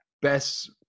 best